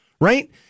right